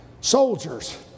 soldiers